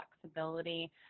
flexibility